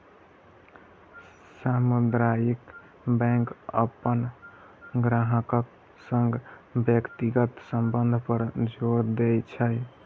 सामुदायिक बैंक अपन ग्राहकक संग व्यक्तिगत संबंध पर जोर दै छै